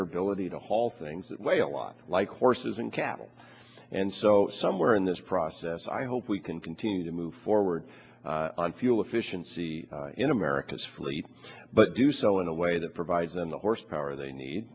their ability to haul things that way a lot like horses and cattle and so somewhere in this process i hope we can continue to move forward on fuel efficiency in america's fleet but do so in a way that provides them the horsepower they need